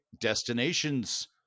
destinations